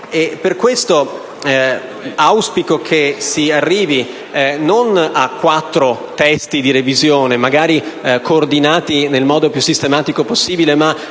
Per questo auspico che si arrivi non a quattro testi di revisione, magari coordinati nel modo più sistematico possibile, ma